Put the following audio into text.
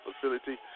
facility